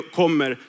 kommer